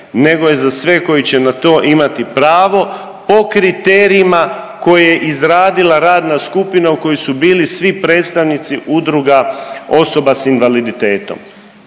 nego je za sve koji će na to imati pravo po kriterijima koje je izradila radna skupina u kojoj su bili svi predstavnici udruga osoba s invaliditetom.